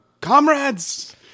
comrades